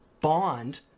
bond